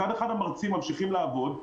מצד אחד המרצים ממשיכים לעבוד,